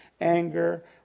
anger